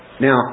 Now